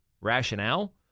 rationale